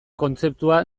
kontzeptua